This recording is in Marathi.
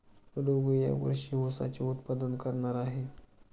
रघू या वर्षी ऊसाचे उत्पादन करणार आहे